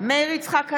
מאיר יצחק הלוי,